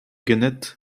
ganit